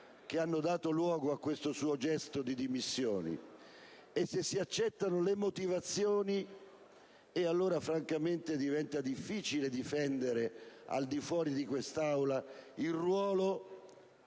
per dare luogo a questo suo gesto. E se se ne accettano le motivazioni, francamente diventa difficile difendere al di fuori di quest'Aula il ruolo